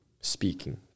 speaking